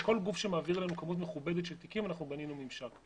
עם כל גוף שמעביר לנו כמות מכובדת של תיקים אנחנו בנינו ממשק,